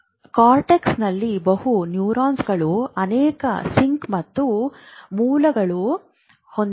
ಕಾರ್ಟೆಕ್ಸ್ನಲ್ಲಿನ ಬಹು ನ್ಯೂರಾನ್ಗಳು ಅನೇಕ ಸಿಂಕ್ ಮತ್ತು ಮೂಲಗಳನ್ನು ಹೊಂದಿವೆ